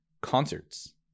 concerts